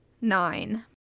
nine